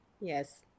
Yes